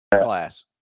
class